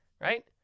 Right